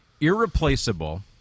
irreplaceable